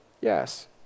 Yes